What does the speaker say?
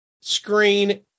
screen